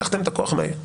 לקחתם את הכוח מהעיר.